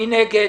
מי נגד?